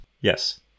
Yes